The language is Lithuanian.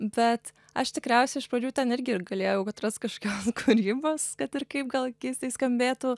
bet aš tikriausiai iš pradžių ten irgi ir galėjau atrast kažkokios kūrybos kad ir kaip gal keistai skambėtų